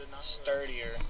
sturdier